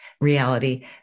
reality